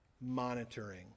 monitoring